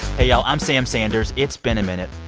hey, y'all. i'm sam sanders. it's been a minute.